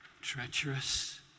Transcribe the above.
treacherous